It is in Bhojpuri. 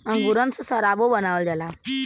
अंगूरन से सराबो बनावल जाला